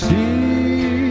See